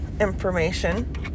information